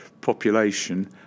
population